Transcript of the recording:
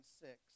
six